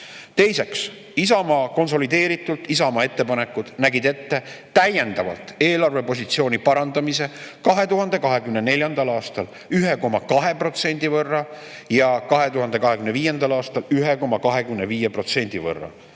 Teiseks, konsolideeritult Isamaa ettepanekud nägid ette täiendavalt eelarvepositsiooni parandamise 2024. aastal 1,2% võrra ja 2025. aastal 1,25% võrra.